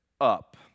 up